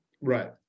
Right